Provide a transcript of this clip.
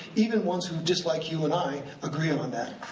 even ones who dislike you and i, agree on that.